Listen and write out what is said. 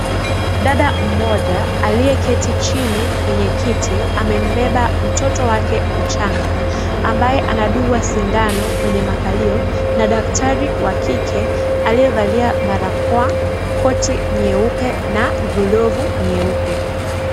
Dada mmoja aliyeketi chini kwenye kiti. Amembeba mtoto wake mchanga. Ambaye anadungwa sindano kwenye makalio. Na daktari wa kike aliyevalia barakoa, koti nyeupe na glovu nyeupe.